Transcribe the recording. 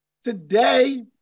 today